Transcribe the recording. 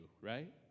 right